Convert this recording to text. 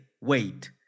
wait